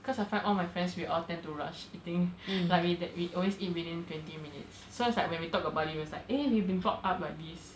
cause I find all my friends we all tend to rush eating like we we always eat within twenty minutes so it's like when we talk about it's like eh we've been brought up like this